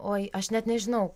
oi aš net nežinau